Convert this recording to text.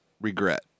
Regret